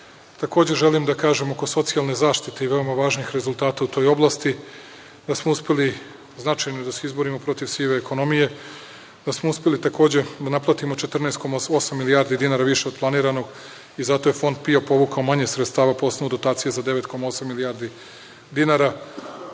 više. Takođe, želim da kažem oko socijalne zaštite i veoma važnih rezultata u toj oblasti da smo uspeli značajno da se izborimo protiv sive ekonomije, da smo uspeli takođe da naplatimo 14,8 milijardi dinara više od planiranog i zato je Fond PIO povukao manje sredstava po osnovu dotacije za 9,8 milijardi dinara.